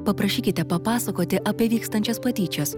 paprašykite papasakoti apie vykstančias patyčias